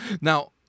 Now